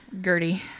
gertie